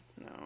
no